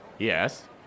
Yes